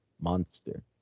monster